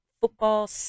football